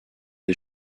des